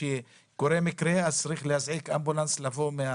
כשקורה מקרה צריך להזעיק אמבולנס לבוא.